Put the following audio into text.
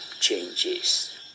changes